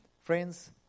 Friends